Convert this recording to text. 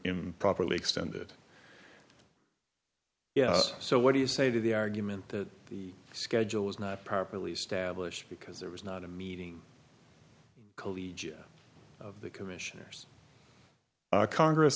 improperly extended yes so what do you say to the argument that the schedule is not properly established because there was not a meeting collegiate of the commissioners congress